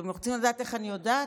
אתם רוצים לדעת איך אני יודעת?